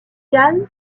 calme